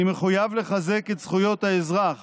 אני מחויב לחזק את זכויות האזרח